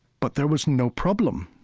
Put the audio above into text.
but there was no problem.